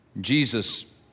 Jesus